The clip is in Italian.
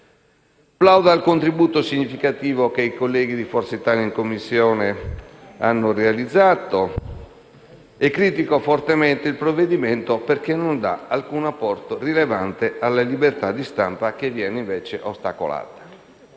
Plaudo al contributo significativo che Forza Italia ha realizzato in Commissione e critico fortemente il provvedimento perché non dà alcun apporto rilevante alla libertà di stampa, che viene invece ostacolata.